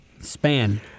span